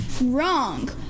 Wrong